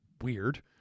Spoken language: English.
weird